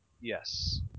yes